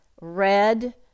red